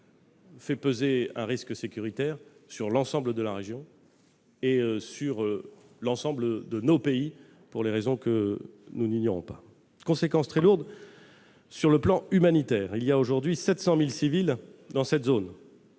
fait peser un risque sécuritaire sur l'ensemble de la région et sur l'ensemble de nos pays pour les raisons que nous n'ignorons pas. Conséquences très lourdes encore sur le plan humanitaire : 700 000 civils se trouvent